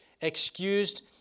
excused